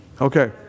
Okay